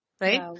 Right